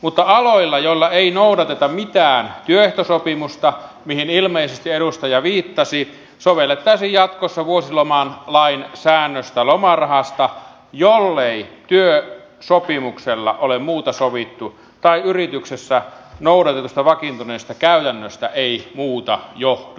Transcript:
mutta aloilla joilla ei noudateta mitään työehtosopimusta mihin ilmeisesti edustaja viittasi sovellettaisiin jatkossa vuosilomalain säännöstä lomarahasta jollei työsopimuksella ole muuta sovittu tai yrityksessä noudatetusta vakiintuneesta käytännöstä ei muuta johdu